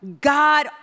God